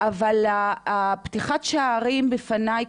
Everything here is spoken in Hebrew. אבל פתחתם את השערים בפניי,